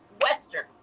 western